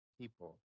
people